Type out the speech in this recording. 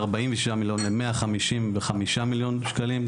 מ-46 מיליון ל-155 מיליון שקלים,